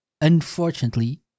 Unfortunately